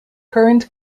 current